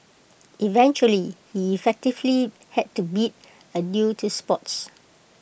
eventually he effectively had to bid adieu to sports